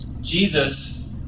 Jesus